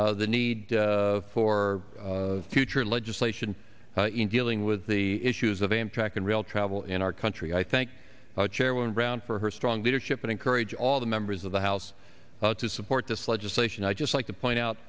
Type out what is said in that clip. the need for future legislation in dealing with the issues of amtrak and rail travel in our country i thank chairman brown for her strong leadership and encourage all the members of the house to support this legislation i just like to point out